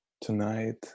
tonight